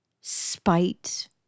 spite